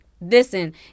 Listen